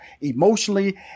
emotionally